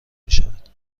میشود